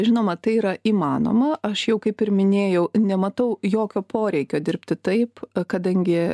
žinoma tai yra įmanoma aš jau kaip ir minėjau nematau jokio poreikio dirbti taip kadangi